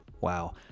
wow